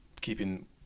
keeping